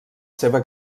seva